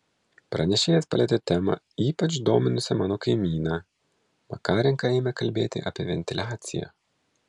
pranešėjas palietė temą ypač dominusią mano kaimyną makarenka ėmė kalbėti apie ventiliaciją